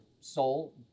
soul